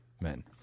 men